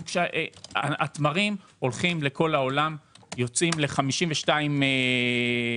התמרים מועברים לכל העולם, יוצאים ל-52 מדינות.